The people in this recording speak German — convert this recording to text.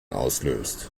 auslöst